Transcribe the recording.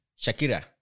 Shakira